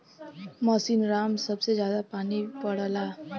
मासिनराम में सबसे जादा पानी पड़ला